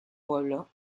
pueblo